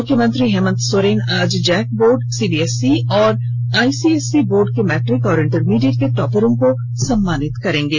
मुख्यमंत्री हेमंत सोरेन आज JAC board CBSE और आइसीएसई बोर्ड के मैट्रिक और इंटरमीडिएट के टॉपरों को सम्मानित करेंगे